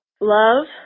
love